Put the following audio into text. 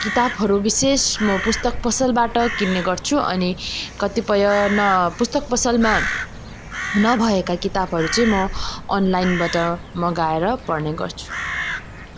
किताबहरू विशेष म पुस्तक पसलबाट किन्ने गर्छु अनि कतिपय न पुस्तक पसलमा नभएका किताबहरू चाहिँ म अनलाइनबाट मगाएर पढ्ने गर्छु